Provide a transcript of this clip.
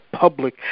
public